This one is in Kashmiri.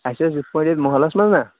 اَسہِ ٲسۍ یِتھ پٲٹھۍ حظ محلَس منٛز نا